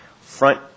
front